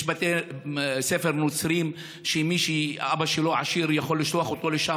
יש בתי ספר נוצריים שמי שאבא שלו עשיר יכול לשלוח אותו לשם,